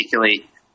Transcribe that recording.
particularly